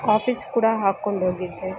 ಆಫೀಸ್ಗೆ ಕೂಡ ಹಾಕೊಂಡೋಗಿದ್ದೆ